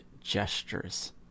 gestures